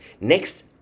Next